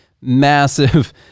Massive